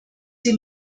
sie